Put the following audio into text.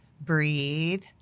Breathe